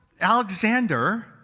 Alexander